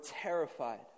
terrified